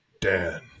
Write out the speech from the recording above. Dan